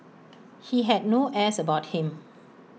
he had no airs about him